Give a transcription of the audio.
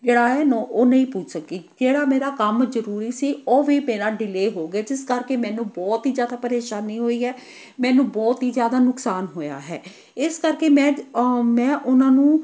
ਜਿਹੜਾ ਹੈ ਨੋ ਉਹ ਨਹੀਂ ਪੁਜ ਸਕੀ ਜਿਹੜਾ ਮੇਰਾ ਕੰਮ ਜ਼ਰੂਰੀ ਸੀ ਉਹ ਵੀ ਮੇਰਾ ਡਿਲੇਅ ਹੋ ਗਿਆ ਜਿਸ ਕਰਕੇ ਮੈਨੂੰ ਬਹੁਤ ਹੀ ਜ਼ਿਆਦਾ ਪਰੇਸ਼ਾਨੀ ਹੋਈ ਹੈ ਮੈਨੂੰ ਬਹੁਤ ਹੀ ਜ਼ਿਆਦਾ ਨੁਕਸਾਨ ਹੋਇਆ ਹੈ ਇਸ ਕਰਕੇ ਮੈਂ ਮੈਂ ਉਹਨਾਂ ਨੂੰ